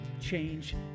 change